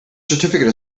certificate